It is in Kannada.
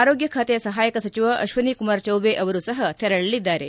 ಆರೋಗ್ಲ ಖಾತೆ ಸಹಾಯಕ ಸಚಿವ ಅಶ್ವಿನಿ ಕುಮಾರ್ ಚೌಬೆ ಅವರು ಸಹ ತೆರಳಲಿದ್ದಾರೆ